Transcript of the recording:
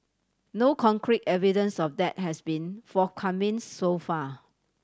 no concrete evidence of that has been forthcoming so far